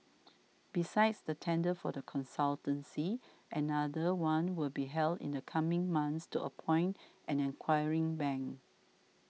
besides the tender for the consultancy another one will be held in the coming months to appoint an acquiring bank